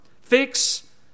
fix